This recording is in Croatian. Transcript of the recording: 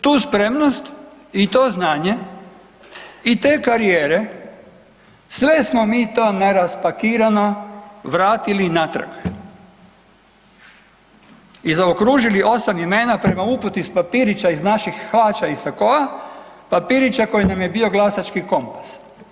Tu spremnost i to znanje i te karijere sve smo mi to neraspakirano vratili natrag i zaokružili 8 imena prema uputi s papirića iz naših hlača i sakoa, papirića koji nam je bio glasački kompas.